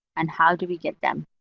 and how do we get them.